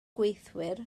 gweithwyr